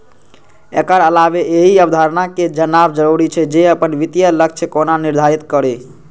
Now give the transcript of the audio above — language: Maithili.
एकर अलावे एहि अवधारणा कें जानब जरूरी छै, जे अपन वित्तीय लक्ष्य कोना निर्धारित करी